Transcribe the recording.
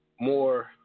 more